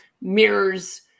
mirrors